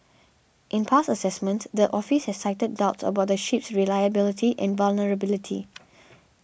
in past assessments the office has cited doubts about the ship's reliability and vulnerability